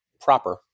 proper